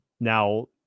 Now